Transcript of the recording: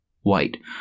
white